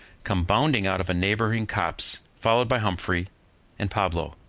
come bounding out of a neighboring copse, followed by humphrey and pablo.